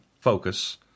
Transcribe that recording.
focus